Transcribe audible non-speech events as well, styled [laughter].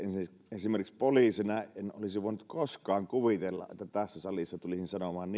esimerkiksi poliisina en olisi voinut koskaan kuvitella että tässä salissa tulisin sanomaan [unintelligible]